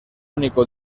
único